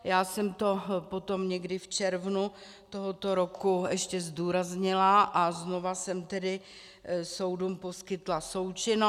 Já jsem to potom někdy v červnu tohoto roku ještě zdůraznila a znova jsem tedy soudům poskytla součinnost.